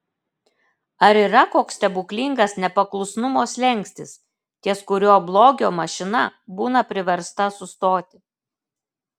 ar yra koks stebuklingas nepaklusnumo slenkstis ties kuriuo blogio mašina būna priversta sustoti